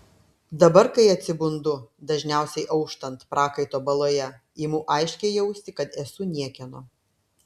dabar kai atsibundu dažniausiai auštant prakaito baloje imu aiškiai jausti kad esu niekieno